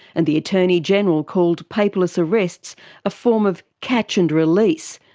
and the attorney general called paperless arrests a form of catch and release,